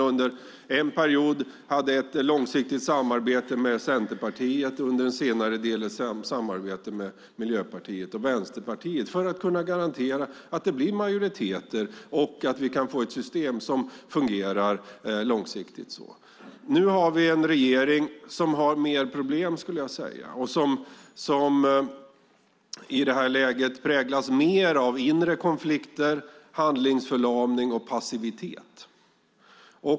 Under en period hade man ett långsiktigt samarbete med Centerpartiet, och under den senare perioden hade man ett samarbete med Miljöpartiet och Vänsterpartiet för att kunna garantera att det blir majoriteter och att vi kan få ett system som fungerar långsiktigt. Nu har vi en regering som har mer problem och som i detta läge präglas mer av inre konflikter, handlingsförlamning och passivitet.